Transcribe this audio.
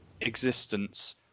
existence